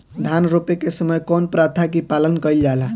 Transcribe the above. धान रोपे के समय कउन प्रथा की पालन कइल जाला?